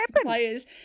players